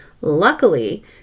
Luckily